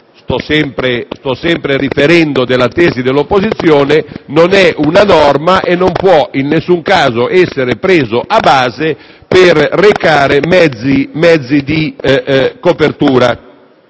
sto sempre riferendo della tesi dell'opposizione - non è una norma e non può in nessun caso essere preso a base per recare mezzi di copertura